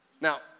now